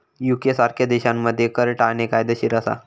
UK सारख्या देशांमध्ये कर टाळणे कायदेशीर असा